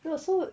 ya so